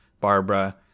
Barbara